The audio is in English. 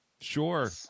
Sure